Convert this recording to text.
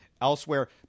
elsewhere